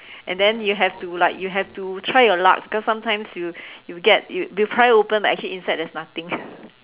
and then you have to like you have to try your luck cause sometimes you you get you pry open but actually inside there's nothing